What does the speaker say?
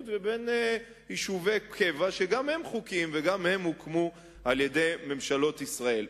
לבין יישובי קבע שגם הם חוקיים וגם הם הוקמו על-ידי ממשלות ישראל.